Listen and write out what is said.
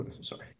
sorry